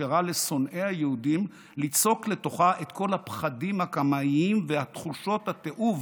אפשרה לשונאי היהודים ליצוק לתוכה את כל הפחדים הקמאיים ותחושות התיעוב